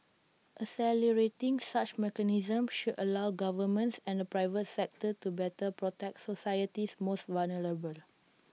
accelerating such mechanisms should allow governments and the private sector to better protect society's most vulnerable